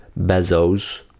bezos